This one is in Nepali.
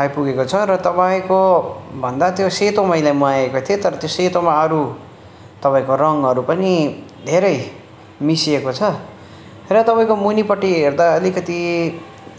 आइपुगेको छ र तपाईँको भन्दा त्यो सेतो मैले मगाएको थिएँ तर त्यो सेतोमा अरू तपाईँको रङहरू पनि धेरै मिसिएको छ र तपाईँको मुनिपटि हेर्दा अलिकति